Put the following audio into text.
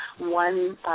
one